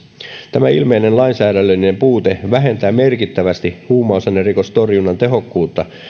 tämä ilmeinen lainsäädännöllinen puute vähentää merkittävästi huumausainerikostorjunnan tehokkuutta